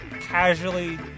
casually